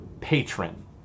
patron